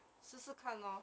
试试看 lor